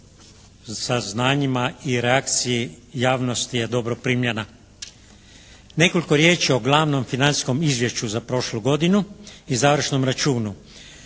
saznanjima i reakciji javnosti je dobro primljena. Nekoliko riječi o glavnom financijskom izvješću za prošlu godinu i završnom računu.